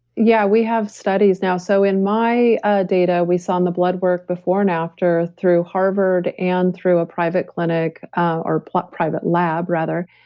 yeah, we have studies now. so in my ah data, we saw on the blood work before and after through harvard and through a private clinic or private lab rather,